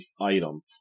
item